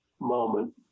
moment